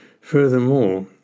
Furthermore